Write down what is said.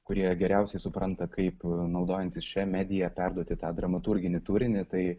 kurie geriausiai supranta kaip naudojantis šia medija perduoti tą dramaturginį turinį tai